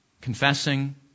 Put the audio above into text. Confessing